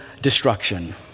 destruction